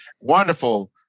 wonderful